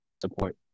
support